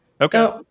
Okay